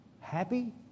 Happy